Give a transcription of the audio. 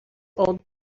old